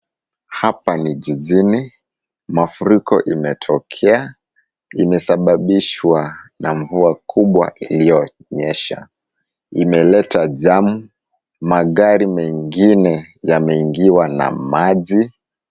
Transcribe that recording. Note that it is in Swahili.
Hapa ni jijini, mafuriko imetokea imesababishwa na mvua kubwa iliyonyesha . Imeleta jam . Magari mengine yameingiwa na maji.